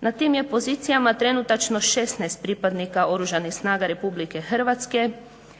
Na tim je pozicijama trenutačno 16 pripadnika oružanih snaga RH,